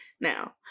now